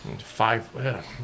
Five